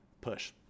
Push